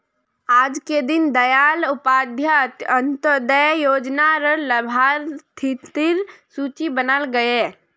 आजके दीन दयाल उपाध्याय अंत्योदय योजना र लाभार्थिर सूची बनाल गयेल